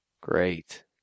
great